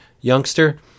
youngster